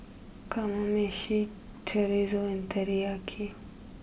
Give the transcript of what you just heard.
Kamameshi Chorizo and Teriyaki